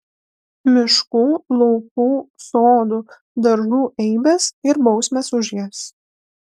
miškų laukų sodų daržų eibės ir bausmės už jas